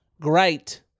Great